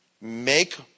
Make